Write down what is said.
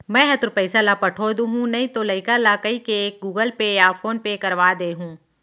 मैं हर तोर पइसा ल पठो दुहूँ नइतो लइका ल कइके गूगल पे या फोन पे करवा दे हूँ